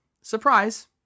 surprise